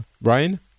brian